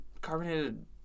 carbonated